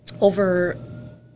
over